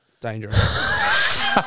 Dangerous